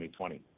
2020